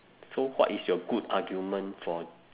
so what is your good argument for